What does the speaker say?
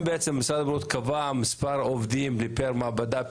האם משרד הבריאות קבע מספר עובדים פר מעבדה,